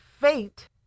fate